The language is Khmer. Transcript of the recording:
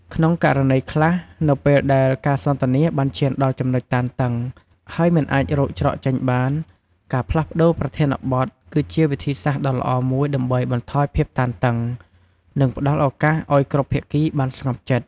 ក្នុងករណីខ្លះ នៅពេលដែលការសន្ទនាបានឈានដល់ចំណុចតានតឹង ហើយមិនអាចរកច្រកចេញបាន ការផ្លាស់ប្ដូរប្រធានបទ គឺជាវិធីសាស្រ្តដ៏ល្អមួយដើម្បីបន្ថយភាពតានតឹង និងផ្តល់ឱកាសឲ្យគ្រប់ភាគីបានស្ងប់ចិត្ត។